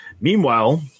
Meanwhile